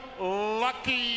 lucky